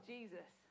Jesus